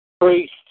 priest